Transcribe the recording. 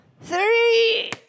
three